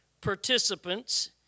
participants